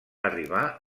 arribar